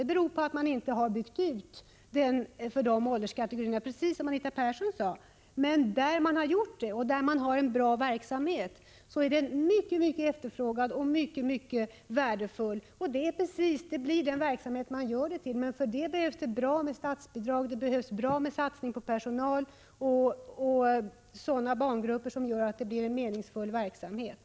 Det beror på att man inte har byggt ut fritidshemmen för de ålderskategorierna, precis som Anita Persson sade. Där man har gjort det och där man har en bra verksamhet är den mycket efterfrågad och mycket värdefull. Verksamheten blir vad man gör den till, men för det behövs det större statsbidrag och en rejäl satsning på personal och barngrupper. Då blir det en meningsfull verksamhet.